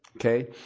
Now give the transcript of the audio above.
Okay